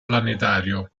planetario